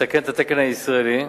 לתקן את התקן הישראלי.